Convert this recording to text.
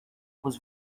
was